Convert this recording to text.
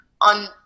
on